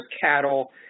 cattle